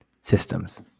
systems